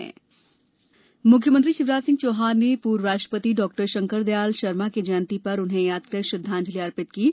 CM श्रद्धांजलि मुख्यमंत्री शिवराज सिंह चौहान ने पूर्व राष्ट्रपति डॉ शंकर दयाल शर्मा की जयंती पर उन्हें याद कर श्रद्वांजलि अर्पित की है